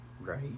right